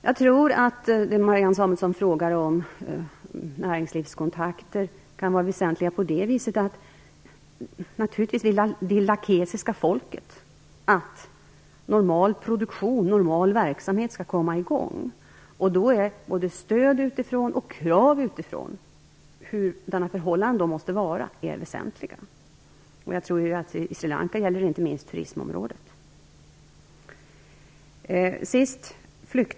Jag tror att näringslivskontakterna som Marianne Samuelsson frågar om kan vara väsentliga så till vida att det lankesiska folket naturligtvis vill att normal produktion och verksamhet skall komma i gång. Då är både stöd och krav utifrån väsentliga. Jag tror att det på Sri Lanka inte minst gäller turismområdet.